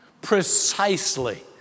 precisely